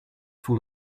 full